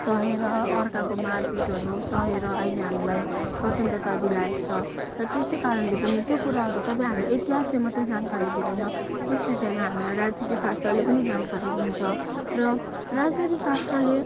सहेर अर्काको मारपिटहरू सहेर अहिले हामीलाई स्वतन्त्रता दिलाएको छ र त्यसै कारणले पनि त्यो कुराहरू सबै हामीले इतिहासले मात्रै जानकारी दिँदैन त्यस विषयमा हामीलाई राजनीति शास्त्रले पनि जानकारी दिन्छ र राजनीति शास्त्रले